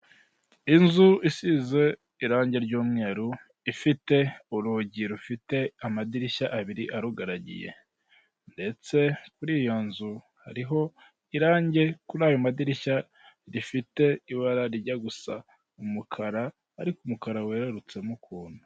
Kantine irimo ibinyobwa bidasembuye, aho harimo imashini ibika ibinyobwa kugirango bitangirika, iri mu ibara ry'umweru, imbere y'aho hari etajeri irimo ibyo binyobwa.